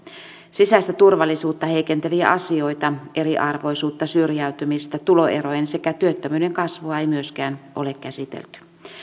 sisäistä turvallisuutta heikentäviä asioita eriarvoisuutta syrjäytymistä tuloerojen sekä työttömyyden kasvua ei myöskään ole käsitelty